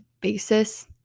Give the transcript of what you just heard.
basis